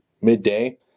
midday